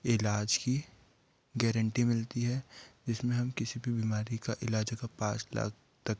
इलाज की गैरंटी मिलती है जिसमें हम किसी भी बीमारी का इलाज अगर पाँच लाख तक